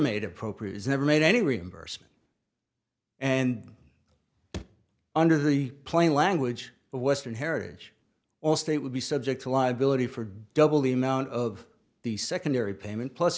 made appropriate is never made any reimbursement and under the plain language but western heritage allstate would be subject to liability for double the amount of the secondary payment plus